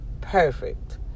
perfect